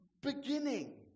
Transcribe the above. beginning